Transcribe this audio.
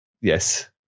yes